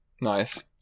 nice